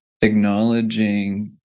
acknowledging